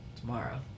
Tomorrow